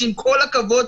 שעם כל הכבוד,